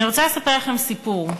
אני רוצה לספר לכם סיפור.